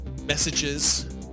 messages